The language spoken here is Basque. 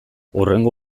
hurrengo